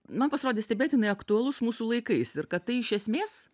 man pasirodė stebėtinai aktualus mūsų laikais ir kad tai iš esmės